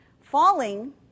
Falling